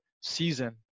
season